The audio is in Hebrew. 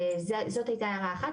זאת הייתה הערה אחת.